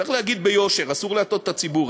צריך להגיד ביושר, אסור להטעות את הציבור.